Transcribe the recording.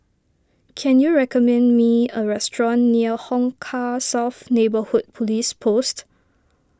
can you recommend me a restaurant near Hong Kah South Neighbourhood Police Post